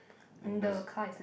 and there's